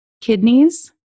kidneys